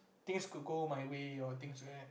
things could go my way or things